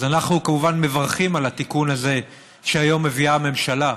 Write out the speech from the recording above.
אז אנחנו כמובן מברכים על התיקון הזה שהיום מביאה הממשלה,